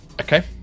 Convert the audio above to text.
Okay